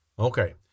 Okay